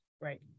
right